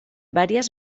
varias